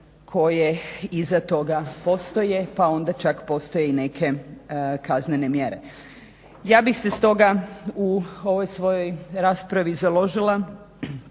koje iza toga postoje, pa onda ček postoje i neke kaznene mjere. Ja bih se stoga u ovoj svojoj raspravi založila